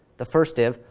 the first div,